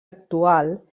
actual